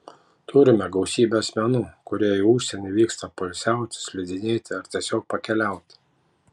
turime gausybę asmenų kurie į užsienį vyksta poilsiauti slidinėti ar tiesiog pakeliauti